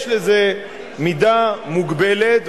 יש לזה מידה מוגבלת,